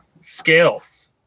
scales